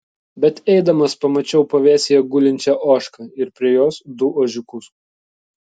bet eidamas pamačiau pavėsyje gulinčią ožką ir prie jos du ožiukus